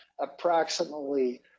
approximately